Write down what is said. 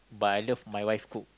but I love my wife cook